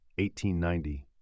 1890